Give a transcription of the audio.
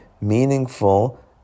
meaningful